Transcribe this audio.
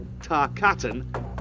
Tarkatan